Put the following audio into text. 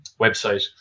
website